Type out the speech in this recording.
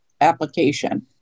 application